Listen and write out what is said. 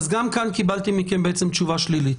אז גם כאן קיבלתי מכם תשובה שלילית,